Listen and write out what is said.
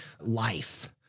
life